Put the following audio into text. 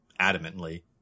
adamantly